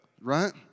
right